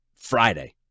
Friday